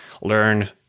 learn